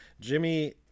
Jimmy